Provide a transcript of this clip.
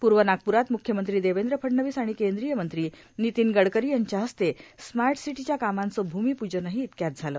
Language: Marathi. पूर्व नागप्रात म्ख्यमंत्री देवेंद्र फडणवीस आणि केंद्रीय मंत्री नितीन गडकरी यांच्या हस्ते स्मार्ट सिटीच्या कामांचं भूमिपूजनही इतक्यात झालं